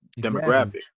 demographic